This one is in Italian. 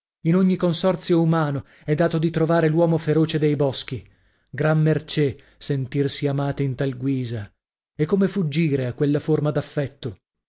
in ogni consorzio umano è dato di trovare l'uomo feroce dei boschi gran mercé sentirsi amate in tal guisa e come fuggire a quella forma d'affetto